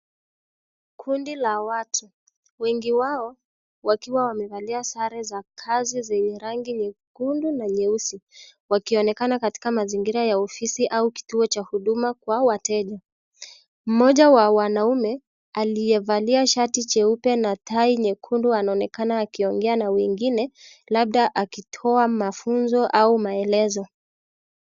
Kundi la watu wengi wao, wakiwa wamevalia sare za kazi zenhye rangi nyekundu na nyeusi. Wakionekana katika mazingira ya ofisi au kituo cha huduma kwa wateja. Mmoja wa wanaume, aliyevalia shati cheupe na tai nyekundu anonekana akiongea na wengine labda akitia mafunzo au maelezo.